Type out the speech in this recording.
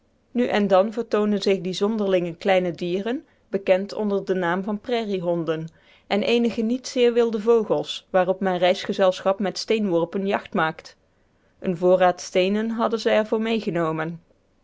nu en dan vertoonen zich die zonderlinge kleine dieren bekend onder den naam van prairiehonden en eenige niet zeer wilde vogels waarop mijn reisgezelschap met steenworpen jacht maakt een voorraad steenen hadden ze er voor meegenomen